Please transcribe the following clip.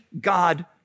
God